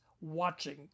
Watching